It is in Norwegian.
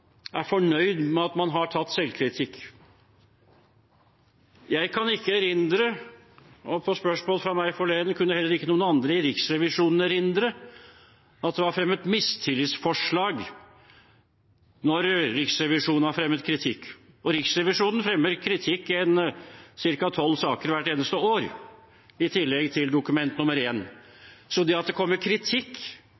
Jeg kan ikke erindre – og på spørsmål fra meg forleden kunne heller ikke noen i Riksrevisjonen erindre – at det var blitt fremmet mistillitsforslag når Riksrevisjonen hadde fremmet kritikk. Riksrevisjonen fremmer kritikk i ca. 12 saker hvert eneste år, i tillegg til Dokument